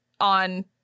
on